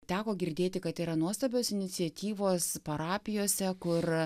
teko girdėti kad yra nuostabios iniciatyvos parapijose kur